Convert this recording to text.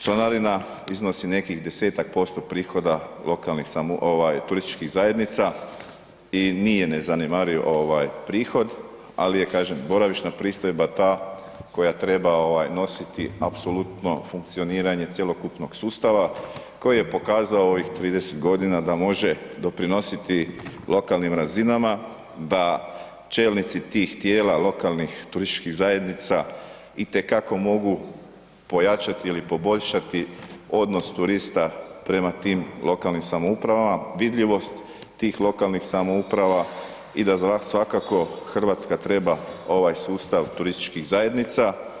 Članarina iznosi nekih 10% prihoda lokalnih ovaj turističkih zajednica i nije nezanemariv ovaj prihod, ali je kažem boravišna pristojba ta koja treba nositi apsolutno funkcioniranje cjelokupnog sustava koje je pokazao u ovih 30 godina da može doprinositi lokalnim razinama da čelnici tih tijela lokalnih turističkih zajednica i te kako mogu pojačati ili poboljšati odnos turista prema tim lokalnim samoupravama, vidljivost tih lokalnih samouprava i da svakako Hrvatska treba ovaj sustav turističkih zajednica.